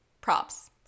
props